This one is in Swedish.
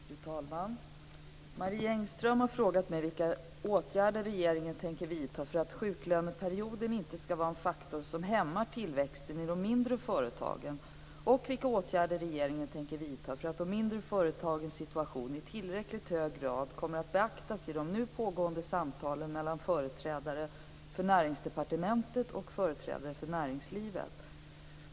Fru talman! Marie Engström har frågat mig vilka åtgärder regeringen tänker vidta för att sjuklöneperioden inte skall vara en faktor som hämmar tillväxten i de mindre företagen och vilka åtgärder regeringen tänker vidta för att de mindre företagens situation i tillräckligt hög grad kommer att beaktas i de nu pågående samtalen mellan företrädare för Näringsdepartementet och företrädare för näringslivet.